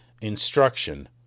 instruction